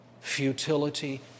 futility